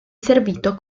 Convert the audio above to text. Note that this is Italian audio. servito